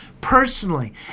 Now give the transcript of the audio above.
personally